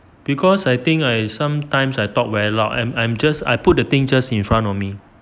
because I think I sometimes I talk very loud I'm I'm just I put the thing just in front of me